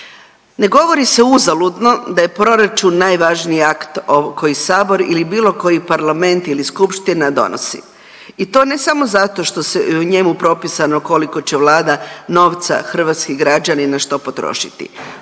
Ne govori se uzaludno da je proračun najvažniji akt koji Sabor ili bilo koji parlament ili skupština donosi i to ne samo zato jer je u njemu propisano koliko će Vlada novca hrvatskih građanina što potrošiti.